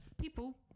people